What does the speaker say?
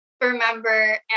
remember